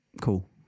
cool